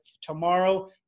tomorrow